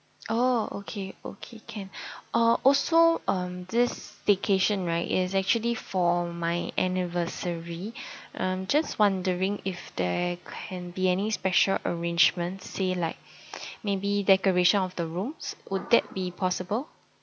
oh okay okay can uh also um this staycation right is actually for my anniversary I'm just wondering if there can be any special arrangements say like maybe decoration of the rooms would that be possible